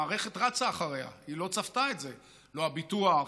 המערכת רצה אחריה, היא לא צפתה את זה, לא הביטוח,